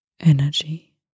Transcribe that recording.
energy